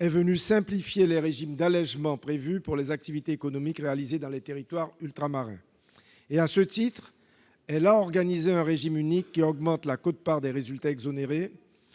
est venue simplifier les régimes d'allégements prévus pour les activités économiques réalisées dans les territoires ultramarins. À ce titre, elle a organisé un régime unique, qui augmente la quote-part des résultats exonérés